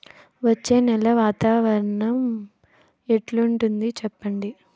వచ్చే నెల వాతావరణం ఎట్లుంటుంది చెప్పండి?